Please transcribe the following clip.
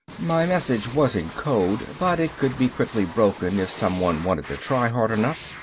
my message was in code, but it could be quickly broken if someone wanted to try hard enough.